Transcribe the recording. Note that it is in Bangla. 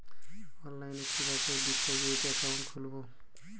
অনলাইনে কিভাবে ডিপোজিট অ্যাকাউন্ট খুলবো?